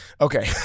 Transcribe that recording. Okay